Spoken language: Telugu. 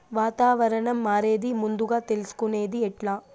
వాతావరణం మారేది ముందుగా తెలుసుకొనేది ఎట్లా?